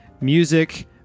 music